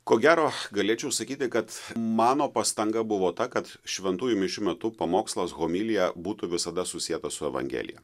ko gero galėčiau sakyti kad mano pastanga buvo ta kad šventųjų mišių metu pamokslas homilija būtų visada susietas su evangelija